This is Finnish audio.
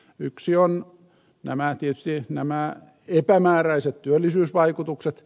yksi on tietysti nämä epämääräiset työllisyysvaikutukset